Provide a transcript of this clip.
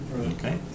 Okay